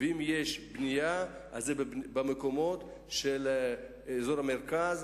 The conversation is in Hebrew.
אם יש בנייה זה באזור המרכז,